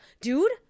dude